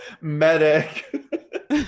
Medic